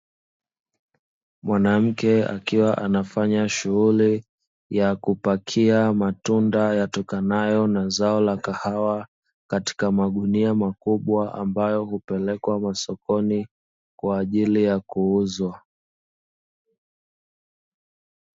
Mwanamke akiwa anafanya shughuli ya kupakia matunda yatokanayo na zao la kahawa, katika magunia makubwa ambayo hupelekwa masokoni, kwa ajili ya kuuzwa.